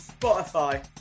Spotify